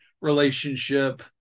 relationship